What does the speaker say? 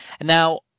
Now